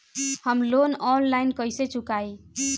हम loan online कइसे चुकाई?